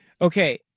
Okay